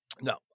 No